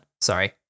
sorry